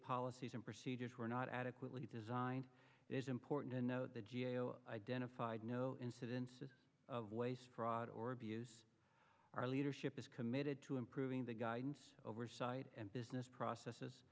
policies and procedures were not adequately designed it is important to note the g a o identified no incidences of waste fraud or buz our leadership is committed to improving the guidance oversight and business processes